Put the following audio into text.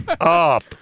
up